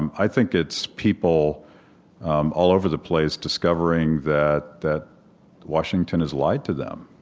um i think it's people um all over the place discovering that that washington has lied to them,